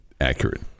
accurate